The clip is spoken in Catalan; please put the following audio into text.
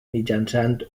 mitjançant